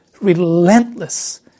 relentless